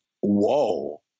whoa